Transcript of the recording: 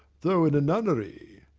though in a nunnery.